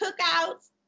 cookouts